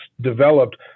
developed